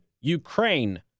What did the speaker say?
Ukraine